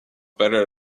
better